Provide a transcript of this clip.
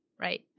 right